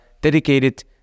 dedicated